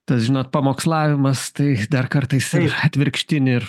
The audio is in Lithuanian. tas žinot pamokslavimas tai dar kartą jisai atvirkštinį ir